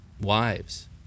wives